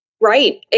Right